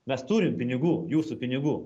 mes turim pinigų jūsų pinigų